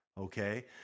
okay